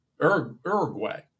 Uruguay